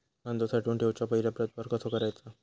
कांदो साठवून ठेवुच्या पहिला प्रतवार कसो करायचा?